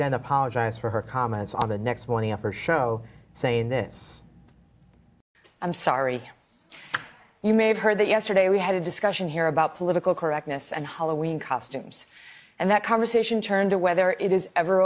that apologize for her comments on the next morning after show saying this i'm sorry you may have heard that yesterday we had a discussion here about political correctness and hollowing costumes and that conversation turned to whether it is ever